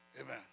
Amen